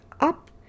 up